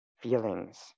feelings